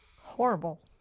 Horrible